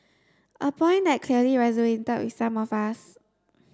a point that clearly with some of us